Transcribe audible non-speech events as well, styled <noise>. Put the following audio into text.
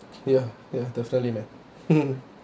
ya ya definitely man <laughs>